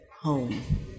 home